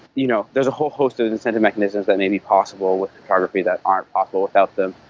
you know there's a whole host of incentive mechanisms that may be possible with cryptography that aren't possible without them,